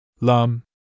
Lum